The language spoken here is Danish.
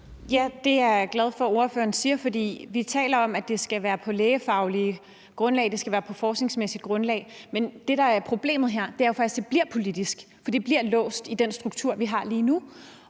Det er jeg glad for at ordføreren siger, for vi taler om, at det skal være på lægefagligt grundlag; det skal være på forskningsmæssigt grundlag. Men det, der er problemet her, er faktisk, at det bliver politisk, for det bliver låst i den struktur, vi har lige nu,